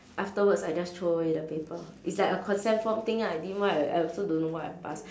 afterwards I just throw away the paper it's like a consent form thing ah I didn't why I I also don't know why I pass